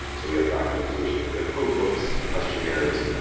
um so we have documentation, we have code books, questionnaires,